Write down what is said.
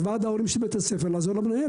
ועד ההורים של בית הספר לעזור למנהל.